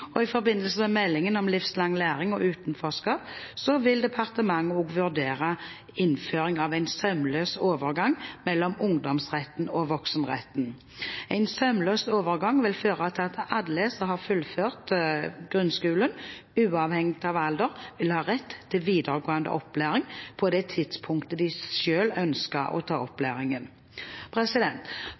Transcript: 2015. I forbindelse med meldingen om livslang læring og utenforskap vil departementet også vurdere innføring av en sømløs overgang mellom ungdomsretten og voksenretten. En sømløs overgang vil føre til at alle som har fullført grunnskolen, uavhengig av alder, vil ha rett til videregående opplæring på det tidspunkt de selv ønsker å ta opplæringen.